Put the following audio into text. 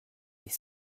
les